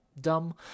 Dumb